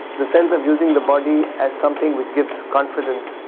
the sense of using the body as something which gives confidence,